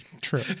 true